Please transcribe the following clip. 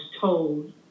told